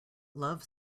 love